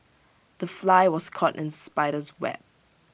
the fly was caught in spider's web